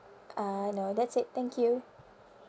uh no that's it thank you